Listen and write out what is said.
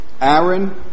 Aaron